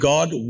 God